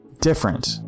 different